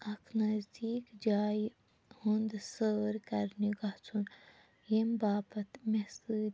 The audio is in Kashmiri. اکھ نزدیٖک جایہِ ہُنٛد سیر کَرنہِ گژھُن ییٚمہِ باپَت مےٚ سۭتۍ